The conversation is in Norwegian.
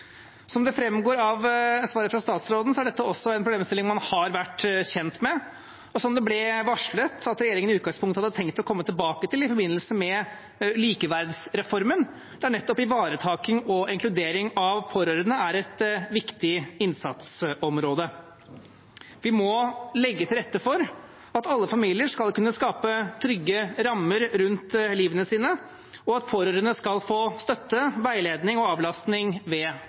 Som det framgår av svaret fra statsråden, er dette også en problemstilling man har vært kjent med, og som det ble varslet at regjeringen i utgangspunktet hadde tenkt å komme tilbake til i forbindelse med likeverdsreformen, der nettopp ivaretaking og inkludering av pårørende er et viktig innsatsområde. Vi må legge til rette for at alle familier skal kunne skape trygge rammer rundt livene sine, og at pårørende skal få støtte, veiledning og avlastning ved